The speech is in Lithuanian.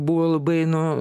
buvo labai nu